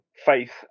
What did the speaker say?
faith